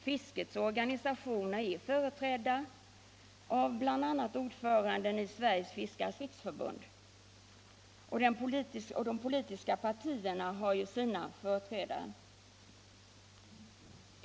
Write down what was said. Fiskets organisationer är företrädda av bl.a. ordföranden i Sveriges fiskares riksförbund, och de politiska partierna har ju sina representanter.